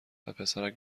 وپسرک